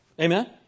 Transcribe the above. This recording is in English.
Amen